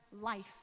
life